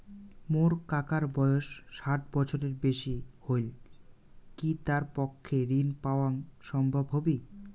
মোর কাকার বয়স ষাট বছরের বেশি হলই কি তার পক্ষে ঋণ পাওয়াং সম্ভব হবি?